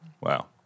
Wow